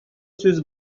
сүз